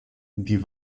die